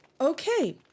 okay